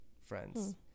friends